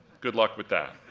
good luck with that.